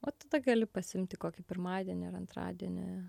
o tada gali pasiimti kokį pirmadienį ar antradienį